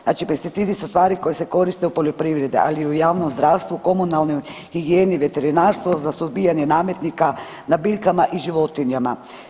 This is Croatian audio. Znači pesticidi su tvari koje se koriste u poljoprivredi, ali i u javnom zdravstvu, komunalnoj higijeni, veterinarstvu za suzbijanje nametnika na biljkama i životinjama.